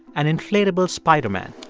an inflatable spider-man